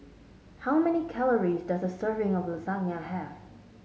how many calories does a serving of Lasagne have